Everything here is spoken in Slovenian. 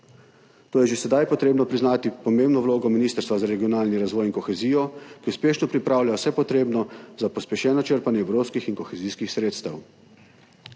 Tu je že sedaj potrebno priznati pomembno vlogo Ministrstva za kohezijo in regionalni razvoj, ki uspešno pripravlja vse potrebno za pospešeno črpanje evropskih in kohezijskih sredstev.